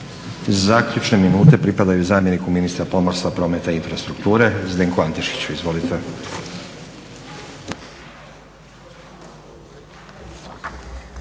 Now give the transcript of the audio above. Zaključne minute pripadaju zamjeniku ministra pomorstva, prometa i infrastrukture Zdenku Antešiću. Izvolite.